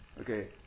Okay